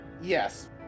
Yes